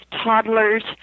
toddlers